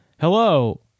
hello